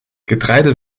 getreide